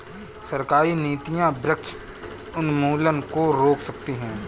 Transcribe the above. सरकारी नीतियां वृक्ष उन्मूलन को रोक सकती है